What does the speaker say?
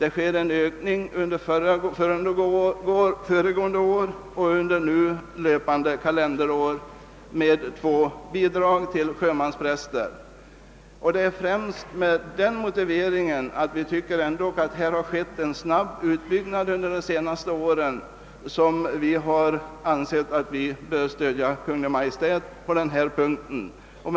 Exempelvis har under föregående och nu löpande kalenderår två nya bidrag tillkommit. Med hänvisning till denna snabba utbyggnad under de senaste åren har vi ansett oss böra stödja Kungl. Maj:t på denna punkt.